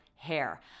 hair